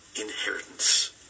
inheritance